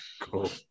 Cool